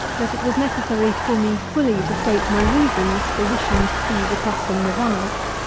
that it was necessary for me fully to state my reasons for wishing to see the custom revived.